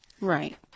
Right